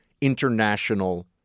international